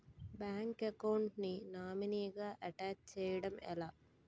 Bank account కి nominee గా attach చేయడం ఎలా?